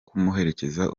kumuherekeza